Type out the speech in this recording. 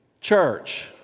Church